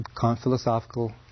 philosophical